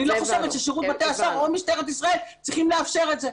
אני לא חושבת ששירות בתי הסוהר או משטרת ישראל צריכים לאפשר את זה.